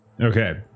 Okay